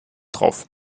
drauf